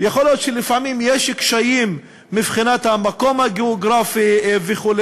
יכול להיות שלפעמים יש קשיים מבחינת המקום הגיאוגרפי וכו',